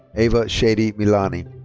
ava shadi milani.